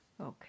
Okay